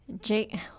Jake